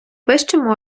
вищим